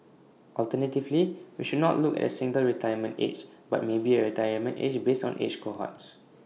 alternatively we should not look at A single retirement age but maybe A retirement age based on age cohorts